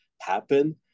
happen